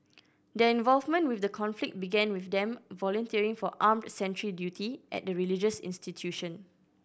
their involvement with the conflict began with them volunteering for armed sentry duty at the religious institution